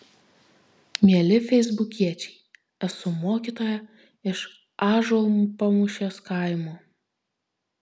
mieli feisbukiečiai esu mokytoja iš ąžuolpamūšės kaimo